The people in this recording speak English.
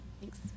Thanks